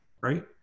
right